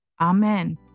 amen